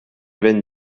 ben